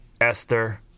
esther